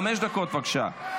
חמש דקות, בבקשה.